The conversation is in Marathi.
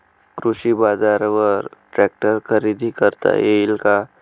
कृषी बाजारवर ट्रॅक्टर खरेदी करता येईल का?